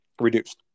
reduced